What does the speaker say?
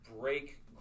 break